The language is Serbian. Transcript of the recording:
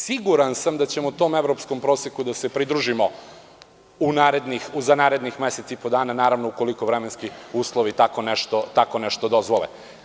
Siguran sam da ćemo tom evropskom proseku da se pridružimo u narednih mesec i po dana, ukoliko vremenski uslovi tako nešto dozvole.